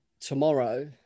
tomorrow